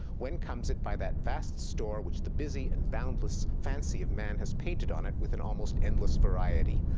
when comes it by that vast store, which the busy and boundless fancy of man has painted on it with an almost endless variety?